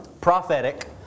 prophetic